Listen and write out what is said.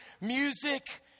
music